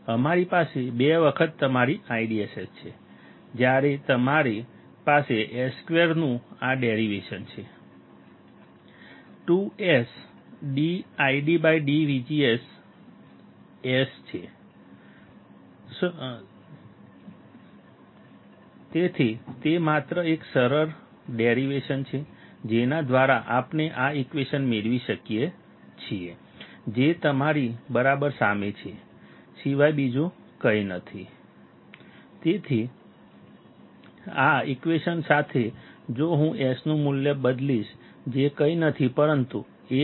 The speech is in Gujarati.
અમારી પાસે 2 વખત તમારી IDSS છે જ્યારે તમારી પાસે S2 નું આ ડેરિવેશન છે 2S dID dVGS તેથી તે માત્ર એક સરળ ડેરિવેશન છે જેના દ્વારા આપણે આ ઈક્વેશન મેળવી શકીએ છીએ જે તમારી બરાબર સામે છે તે સિવાય બીજું કંઈ નથી dIDdVGS 2SIDSS dSdVGS તેથી આ ઈક્વેશન સાથે જો હું S નું મૂલ્ય બદલીશ જે કંઈ નથી પરંતુ 1 VGSVp છે